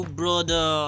brother